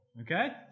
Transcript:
Okay